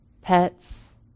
pets